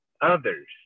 others